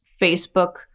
Facebook